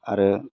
आरो